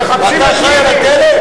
ואתה אחראי לדלק?